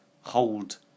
hold